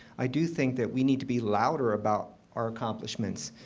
i do think that we need to be louder about our accomplishments.